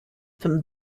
from